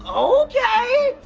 um okay.